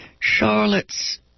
Charlotte's